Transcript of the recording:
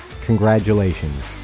congratulations